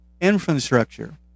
infrastructure